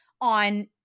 on